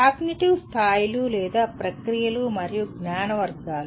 cognitive స్థాయిలు లేదా ప్రక్రియలు మరియు జ్ఞాన వర్గాలు